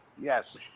Yes